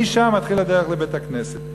משם מתחילה הדרך לבית-הכנסת.